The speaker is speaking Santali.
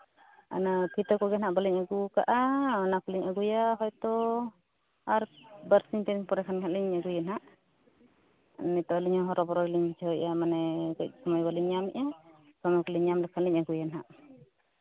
ᱚᱱᱟ ᱯᱷᱤᱛᱟᱹ ᱠᱚᱜᱮ ᱦᱟᱸᱜ ᱵᱟᱹᱞᱤᱧ ᱟᱹᱜᱩ ᱠᱟᱜᱼᱟ ᱚᱱᱟ ᱠᱚ ᱞᱤᱧ ᱟᱹᱜᱩᱭᱟ ᱦᱚᱭᱛᱳ ᱟᱨ ᱵᱟᱨᱥᱤᱧ ᱯᱚᱨᱮ ᱠᱷᱟᱱ ᱜᱮᱦᱟᱸᱜ ᱞᱤᱧ ᱟᱹᱜᱩᱭᱟ ᱦᱟᱸᱜ ᱱᱤᱛᱚᱜ ᱞᱤᱧ ᱦᱚᱨᱚᱵᱚᱨᱚ ᱜᱮᱞᱤᱧ ᱵᱩᱡᱷᱟᱹᱣᱮᱫᱼᱟ ᱢᱟᱱᱮ ᱠᱟᱹᱡ ᱥᱚᱢᱚᱭ ᱵᱟᱹᱞᱤᱧ ᱧᱟᱢᱮᱫᱼᱟ ᱥᱚᱢᱚᱭ ᱠᱚᱞᱤᱧ ᱧᱟᱢ ᱞᱮᱠᱷᱟᱱ ᱦᱟᱸᱜ ᱟᱹᱜᱩᱭᱟ ᱱᱟᱜᱷ